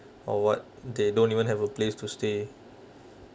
oh what they don't even have a place to stay